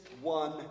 one